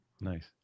Nice